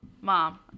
mom